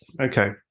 okay